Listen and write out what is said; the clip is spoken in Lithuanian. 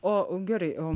o gerai o